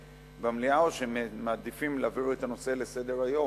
במליאה או שהם מעדיפים להעביר את הנושא לסדר-היום.